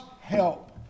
help